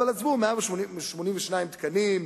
אבל עזבו 182 תקנים,